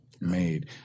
made